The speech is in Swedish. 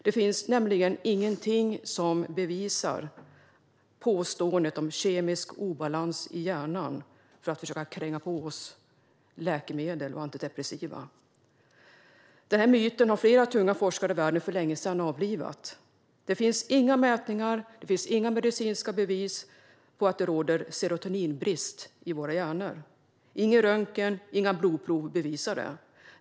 Det finns nämligen ingenting som bevisar påståendet om kemisk obalans i hjärnan, ett påstående som används för att försöka kränga på oss antidepressiva läkemedel. Den här myten har flera tunga forskare i världen för länge sedan avlivat. Det finns inga mätningar eller medicinska bevis på att det råder serotoninbrist i våra hjärnor. Ingen röntgen och inga blodprov bevisar det.